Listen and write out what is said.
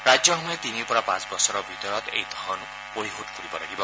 ৰাজ্যসমূহে তিনিৰ পৰা পাঁচ বছৰৰ ভিতৰত এই ধন পৰিশোধ কৰিব লাগিব